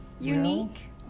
unique